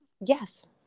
Yes